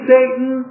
Satan